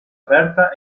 aperta